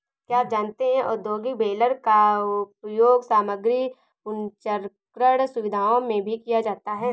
क्या आप जानते है औद्योगिक बेलर का उपयोग सामग्री पुनर्चक्रण सुविधाओं में भी किया जाता है?